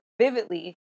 vividly